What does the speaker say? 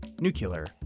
nuclear